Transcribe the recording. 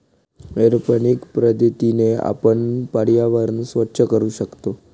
aeroponic पद्धतीने आपण पर्यावरण स्वच्छ करू शकतो